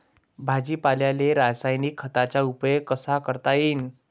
भाजीपाल्याले रासायनिक खतांचा उपयोग कसा करता येईन?